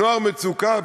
נוער מצוקה,